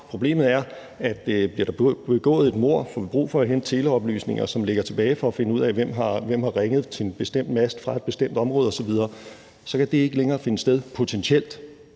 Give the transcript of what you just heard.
Problemet er, at bliver der begået et mord og vi får brug for at hente teleoplysninger, som ligger tilbage, for at finde ud af, hvem der har ringet til en bestemt mast fra et bestemt område osv., så kan det potentielt ikke længere finde sted. Det er